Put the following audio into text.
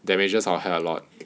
damages our hair a lot